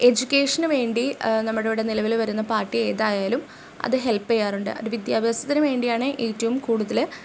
education വേണ്ടി നമ്മളുടെ അവിടെ നിലവിൽ വരുന്ന പാർട്ടി ഏതായാലും അത് ഹെൽപ്പ് ചെയ്യാറുണ്ട് അത് വിദ്യാഭ്യാസത്തിന് വേണ്ടിയാണ് ഏറ്റവും കൂടുതൽ